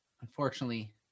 unfortunately